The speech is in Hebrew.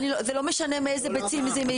זה לא משנה מאיזה ביצים,